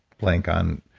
blank on.